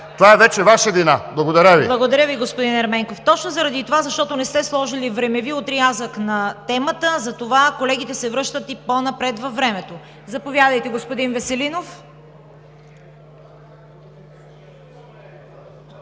Ви. ПРЕДСЕДАТЕЛ ЦВЕТА КАРАЯНЧЕВА: Благодаря Ви, господин Ерменков. Точно заради това, защото не сте сложили времеви отрязък на темата, затова колегите се връщат и по-напред във времето. Заповядайте, господин Веселинов.